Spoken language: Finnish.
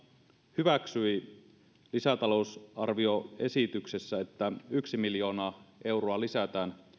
hyväksyi lisätalousarvioesityksessä että yhtenä miljoona euroa lisätään